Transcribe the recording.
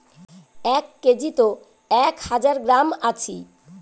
এক কেজিত এক হাজার গ্রাম আছি